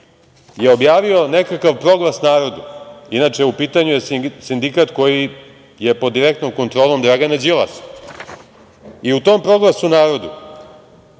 je objavio nekakav proglas narodu. Inače, u pitanju je sindikat koji je pod direktnom kontrolom Dragana Đilasa i u tom proglasu narodu